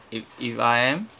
if if I am